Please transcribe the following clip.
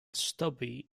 stubby